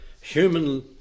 human